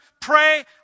Pray